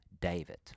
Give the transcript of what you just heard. David